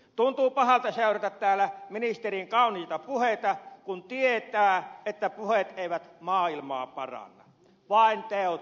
tuntuu pahalta seurata täällä ministerien kauniita puheita kun tietää että puheet eivät maailmaa paranna vain teot sen tekevät